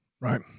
right